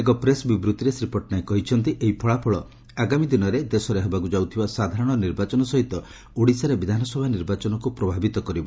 ଏକ ପ୍ରେସ୍ ବିବୂତ୍ତିରେ ଶ୍ରୀ ପଟ୍ଟନାୟକ କହିଛନ୍ତି ଏହି ଫଳାଫଳ ଆଗାମୀ ଦିନରେ ଦେଶରେ ହେବାକୁ ଯାଉଥିବା ସାଧାରଣ ନିର୍ବାଚନ ସହିତ ଓଡ଼ିଶାରେ ବିଧାନସଭା ନିର୍ବାଚନକୁ ପ୍ରଭାବିତ କରିବ